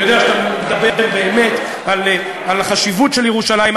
אני יודע שאתה מדבר באמת על החשיבות של ירושלים,